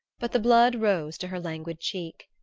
but the blood rose to her languid cheek.